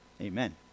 Amen